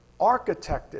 architected